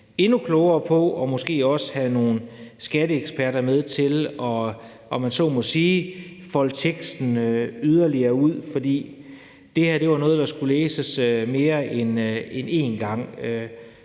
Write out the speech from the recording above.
endnu klogere på. Måske skal vi også have nogle skatteeksperter med til at, om man så må sige, folde teksten yderligere ud, for det her var noget, der skulle læses mere end en gang.